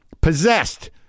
possessed